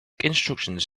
instructions